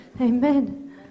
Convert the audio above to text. amen